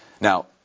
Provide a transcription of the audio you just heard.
Now